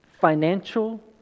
financial